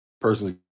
person's